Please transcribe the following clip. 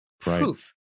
proof